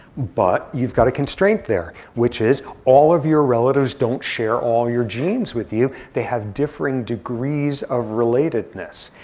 but you've got a constraint there, which is, all of your relatives don't share all your genes with you. they have differing degrees of relatedness.